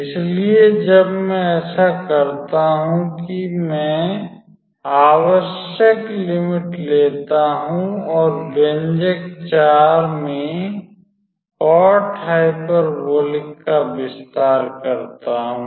इसलिए जब मैं ऐसा करता हूं कि मैं आवश्यक लिमिट लेता हूं और व्यंजक में कोट हाइपरबोलिक का विस्तार करता हूं